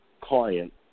client